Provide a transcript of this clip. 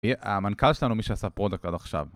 המנכ"ל שלנו מי שעשה פרודקט עד עכשיו